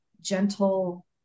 gentle